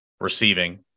receiving